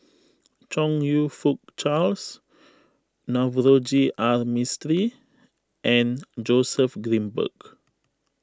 Chong You Fook Charles Navroji R Mistri and Joseph Grimberg